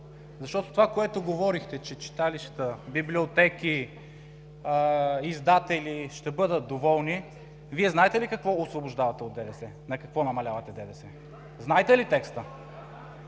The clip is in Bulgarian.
Защото това, което говорихте, че читалищата, библиотеките, издателите ще бъдат доволни, Вие знаете ли какво освобождавате от ДДС? На какво намалявате ДДС? Знаете ли текста?